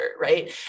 right